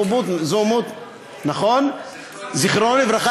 בסאם זועמוט, זכרו לברכה.